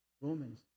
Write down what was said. Romans